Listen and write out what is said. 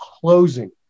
closing